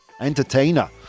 Entertainer